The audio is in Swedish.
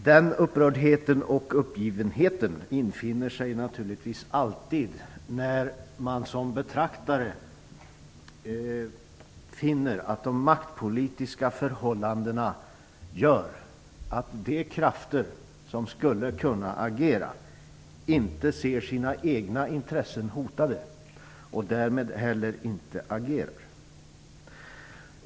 Den upprördheten och den uppgivenheten infinner sig naturligtvis alltid när man som betraktare finner att de maktpolitiska förhållandena gör att de krafter som skulle kunna agera inte ser sina egna intressen hotade och därmed heller inte agerar.